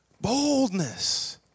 Boldness